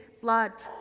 blood